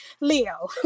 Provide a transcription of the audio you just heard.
Leo